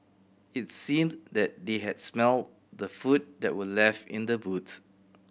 it seemed that they had smelt the food that were left in the boots